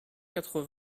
quatre